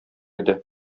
иде